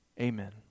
Amen